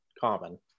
common